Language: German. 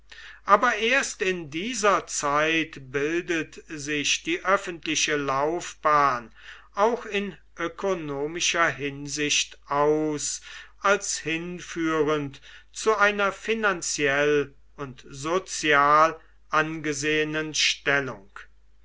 aber erst in dieser zeit bildet sich die öffentliche laufbahn auch in ökonomischer hinsicht aus als hinführend zu einer finanziell und sozial angesehenen stellung